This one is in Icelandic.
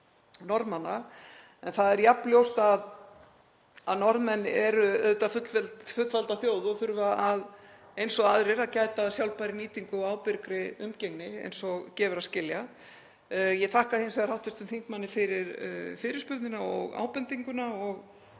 En það er jafn ljóst að Norðmenn eru auðvitað fullvalda þjóð og þurfa eins og aðrir að gæta að sjálfbærri nýtingu og ábyrgri umgengni eins og gefur að skilja. Ég þakka hins vegar hv. þingmanni fyrir fyrirspurnina og ábendinguna og